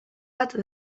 bat